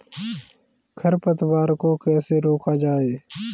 खरपतवार को कैसे रोका जाए?